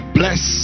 bless